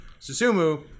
Susumu